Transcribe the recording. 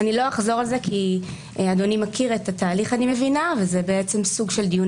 אני לא אחזור כי אדוני מכיר את התהליך וזה בעצם המשך דיון